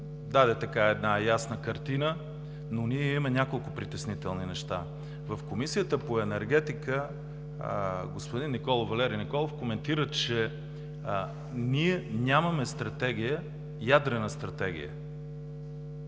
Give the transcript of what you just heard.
колегата даде ясна картина, но ние имаме няколко притеснителни неща. В Комисията по енергетика господин Валери Николов коментира, че нямаме ядрена стратегия